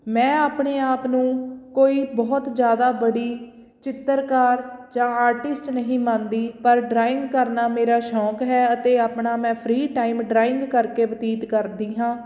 ਮੈਂ ਆਪਣੇ ਆਪ ਨੂੰ ਕੋਈ ਬਹੁਤ ਜ਼ਿਆਦਾ ਬੜੀ ਚਿੱਤਰਕਾਰ ਜਾਂ ਆਰਟਿਸਟ ਨਹੀਂ ਮੰਨਦੀ ਪਰ ਡਰਾਇੰਗ ਕਰਨਾ ਮੇਰਾ ਸ਼ੌਂਕ ਹੈ ਅਤੇ ਆਪਣਾ ਮੈਂ ਫਰੀ ਟਾਈਮ ਡਰਾਇੰਗ ਕਰਕੇ ਬਤੀਤ ਕਰਦੀ ਹਾਂ